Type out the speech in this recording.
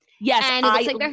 Yes